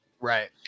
right